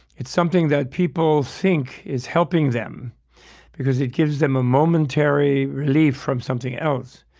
it's something that people think is helping them because it gives them a momentary relief from something else.